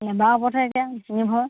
লেবাৰৰ ওপৰতহে এতিয়া নিৰ্ভৰ